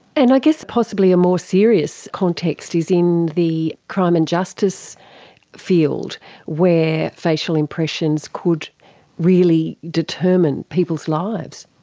and i guess possibly a more serious context is in the crime and justice field where facial impressions could really determine people's lives?